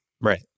right